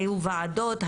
היו ועדות,